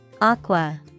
Aqua